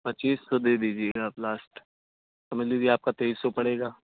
پچیس سو دے دیجیے گا آپ لاسٹ سمجھ لیجیے آپ کا تیئیس سو پڑے گا